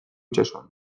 itsasoan